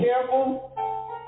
careful